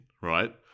right